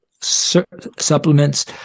supplements